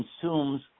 consumes